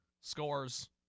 scores